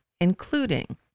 including